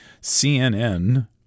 CNN